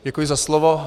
Děkuji za slovo.